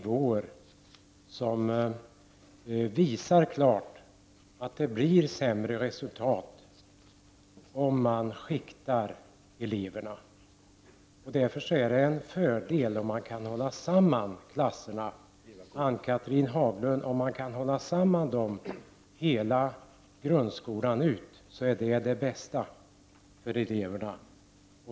Den visar klart att det blir sämre resultat om man skiktar eleverna. Därför är det en fördel om man kan hålla samman klasserna hela grundskolan ut, Ann Cathrine Haglund. Det är det bästa för eleverna.